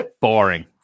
Boring